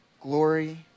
glory